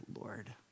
Lord